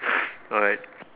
alright